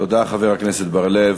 תודה, חבר הכנסת בר-לב.